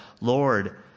Lord